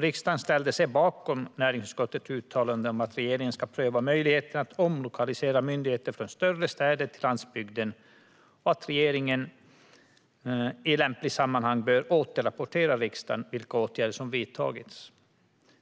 Riksdagen ställde sig bakom näringsutskottets uttalande att regeringen ska pröva möjligheterna att omlokalisera myndigheter från större städer till landsbygden och att regeringen i lämpligt sammanhang bör återrapportera till riksdagen vilka åtgärder som vidtagits.